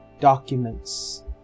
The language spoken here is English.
documents